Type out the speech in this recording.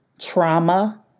trauma